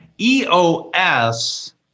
EOS